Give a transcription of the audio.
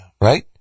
right